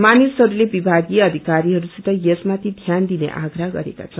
मानिसहरूले विभागीय अधिकारीहरूसित यसमाथि ध्यान दिने आग्रह गरेका छन्